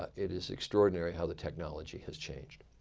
ah it is extraordinary how the technology has changed.